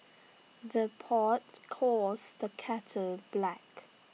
the pot calls the kettle black